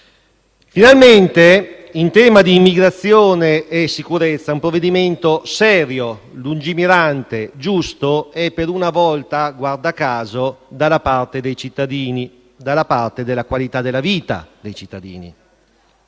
Finalmente in tema di immigrazione e sicurezza un provvedimento serio, lungimirante, giusto e per una volta, guarda caso, dalla parte dei cittadini, dalla parte della qualità della vita dei cittadini.